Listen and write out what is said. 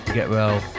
Getwell